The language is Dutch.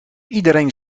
iedereen